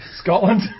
Scotland